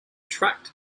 tract